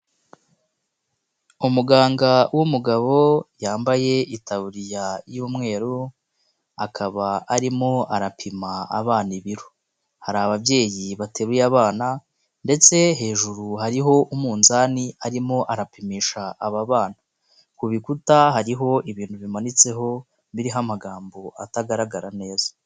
Umuganga w'umugabo yambaye itaburiya y'umweru, akaba arimo arapima abana ibiro. Hari ababyeyi bateruye abana, ndetse hejuru hariho umunzani arimo arapimisha aba bana. Ku bikuta hariho ibintu bimanitseho, biriho amagambo atagaragara neza.